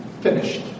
Finished